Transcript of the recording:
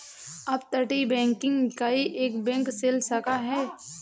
अपतटीय बैंकिंग इकाई एक बैंक शेल शाखा है